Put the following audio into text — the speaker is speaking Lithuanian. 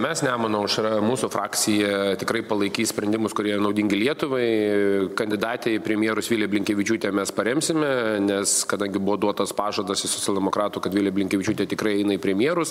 mes nemuno aušra mūsų frakcija tikrai palaikys sprendimus kurie naudingi lietuvai kandidatę į premjerus viliją blinkevičiūtę mes paremsime nes kadangi buvo duotas pažadas iš socialdemokratų kad vilija blinkevičiūtė tikrai eina į premjerus